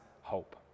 hope